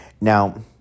Now